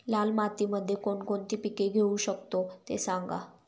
लाल मातीमध्ये कोणकोणती पिके घेऊ शकतो, ते सांगा